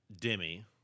Demi